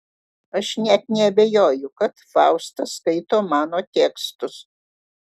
aš net neabejoju kad fausta skaito mano tekstus